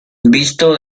visto